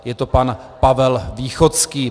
Je to pan Pavel Východský.